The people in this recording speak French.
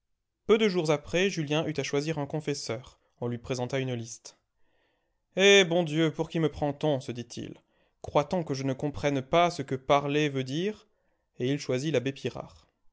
peu de jours après julien eut à choisir un confesseur on lui présenta une liste eh bon dieu pour qui me prend-on se dit-il croit-on que je ne comprenne pas ce que parler veut dire et il choisit l'abbé pirard